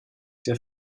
der